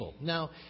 Now